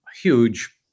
huge